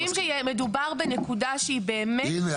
אנחנו רוצים שיהיה מדובר בנקודה שהיא באמת חשובה.